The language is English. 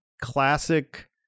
classic